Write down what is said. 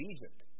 Egypt